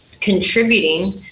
contributing